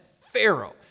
Pharaoh